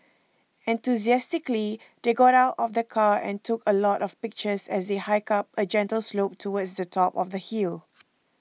enthusiastically they got out of the car and took a lot of pictures as they hiked up a gentle slope towards the top of the hill